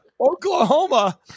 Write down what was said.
Oklahoma